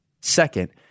Second